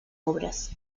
obras